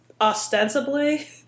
ostensibly